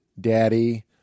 Daddy